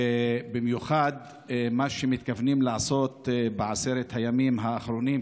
ובמיוחד מה שמתכוונים לעשות בעשרת הימים האחרונים,